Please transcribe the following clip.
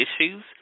issues